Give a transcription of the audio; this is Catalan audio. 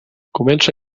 comença